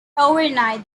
overnight